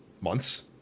months